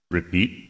Repeat